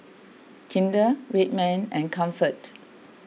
Kinder Red Man and Comfort